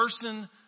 person